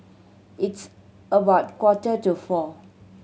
its about quarter to four